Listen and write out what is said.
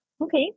Okay